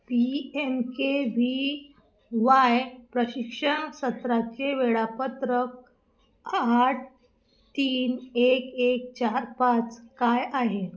P M K B Y प्रशिक्षा सत्राचे वेळापत्रक आठ तीन एक एक चार पाच काय आहे